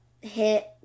hit